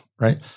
right